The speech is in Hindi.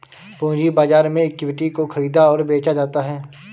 पूंजी बाजार में इक्विटी को ख़रीदा और बेचा जाता है